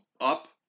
up